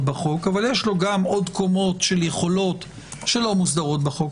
בחוק אבל יש לו גם עוד קומות של יכולות שלא מוסדרות בחוק.